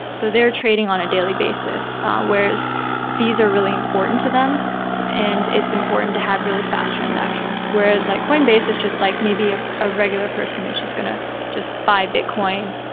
so they're trading on a daily basis whereas fees are really important to them and it's important to have really fast transactions. whereas like coinbase, it's just like maybe ah a regular person and she's going to just buy bitcoin,